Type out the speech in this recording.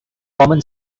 common